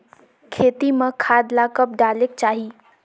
खेती म खाद ला कब डालेक चाही?